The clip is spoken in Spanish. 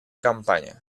campaña